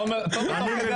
תומר, אתה רוצה